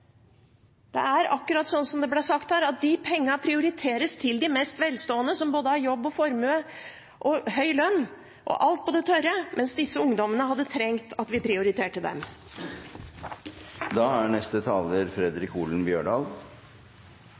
Det er akkurat sånn som det ble sagt her, at de pengene prioriteres til de mest velstående, som har både jobb og formue og høy lønn og alt på det tørre, mens disse ungdommene hadde trengt at vi prioriterte dem.